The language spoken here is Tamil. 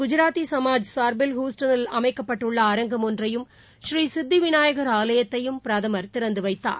குஜராத்திசமாஜ் சார்பில் ஹுஸ்டனில் அமைக்கப்பட்டுள்ள அரங்கம் ஒன்றையும் பின்னர் ஸ்ரீசித்திவிநாயகர் ஆலயத்தையும் பிரதமர் திறந்துவைத்தார்